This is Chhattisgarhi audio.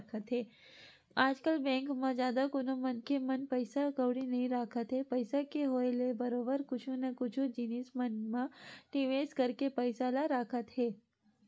आजकल बेंक म जादा कोनो मनखे मन पइसा कउड़ी नइ रखत हे पइसा के होय ले बरोबर कुछु न कुछु जिनिस मन म निवेस करके पइसा ल रखत हे